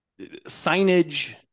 signage